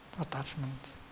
attachment